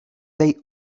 they